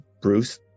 bruce